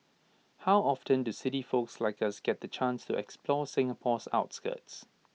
how often do city folks like us get the chance to explore Singapore's outskirts